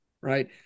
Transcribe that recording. right